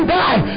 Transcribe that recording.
die